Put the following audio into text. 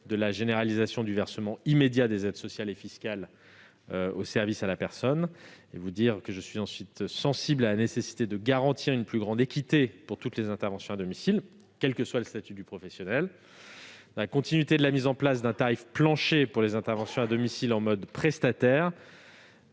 de la généralisation du versement immédiat des aides sociales et fiscales aux services à la personne. Il est également sensible à la nécessité de garantir une plus grande équité entre toutes les interventions à domicile, quel que soit le statut du professionnel. Ainsi, dans la continuité de la mise en place d'un tarif plancher pour les interventions à domicile en mode prestataire,